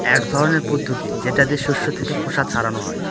এক ধরনের পদ্ধতি যেটা দিয়ে শস্য থেকে খোসা ছাড়ানো হয়